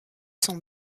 sont